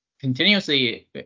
continuously